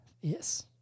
Yes